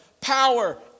Power